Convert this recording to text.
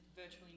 virtually